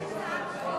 יש הצעת חוק